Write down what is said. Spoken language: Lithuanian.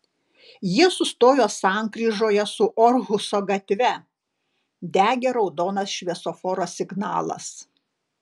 jie sustojo sankryžoje su orhuso gatve degė raudonas šviesoforo signalas